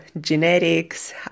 genetics